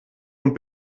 und